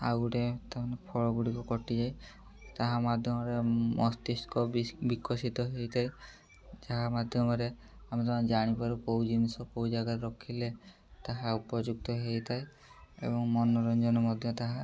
ଆଉ ଗୋଟେ ତା'ମାନେ ଫଳ ଗୁଡ଼ିକ କଟିଯାଏ ତାହା ମାଧ୍ୟମରେ ମସ୍ତିଷ୍କ ବିକଶିତ ହୋଇଥାଏ ଯାହା ମାଧ୍ୟମରେ ଆମେ ତ ଜାଣିପାରୁ କୋଉ ଜିନିଷ କୋଉ ଜାଗାରେ ରଖିଲେ ତାହା ଉପଯୁକ୍ତ ହେଇଥାଏ ଏବଂ ମନୋରଞ୍ଜନ ମଧ୍ୟ ତାହା